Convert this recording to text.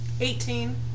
Eighteen